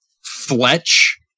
Fletch